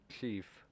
Chief